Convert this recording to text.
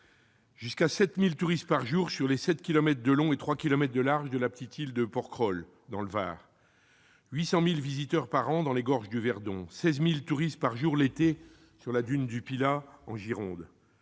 jusqu'à 7 000 touristes par jour sur les sept kilomètres de long et trois kilomètres de large de la petite île de Porquerolles, dans le Var, 800 000 visiteurs par an dans les gorges du Verdon, 16 000 touristes par jour, l'été, sur la dune du Pilat, en Gironde,